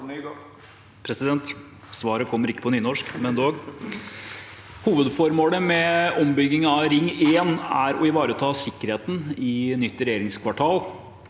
Svaret kom- mer ikke på nynorsk, men dog: Hovedformålet med ombygging av Ring 1 er å ivareta sikkerheten i nytt regjeringskvartal.